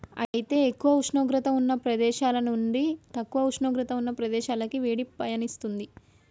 అయితే ఎక్కువ ఉష్ణోగ్రత ఉన్న ప్రదేశాల నుండి తక్కువ ఉష్ణోగ్రత ఉన్న ప్రదేశాలకి వేడి పయనిస్తుంది